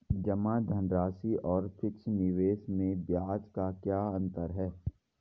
जमा धनराशि और फिक्स निवेश में ब्याज का क्या अंतर है?